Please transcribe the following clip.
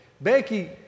Becky